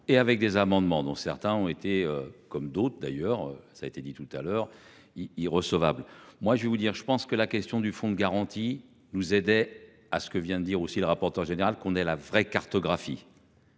et avec des amendements dont certains ont été comme d'autres d'ailleurs, ça a été dit tout à l'heure il y recevable. Moi je vais vous dire, je pense que la question du fonds de garantie nous aidait à ce que vient de dire aussi le rapporteur général qu'on ait la vraie cartographie.